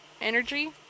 energy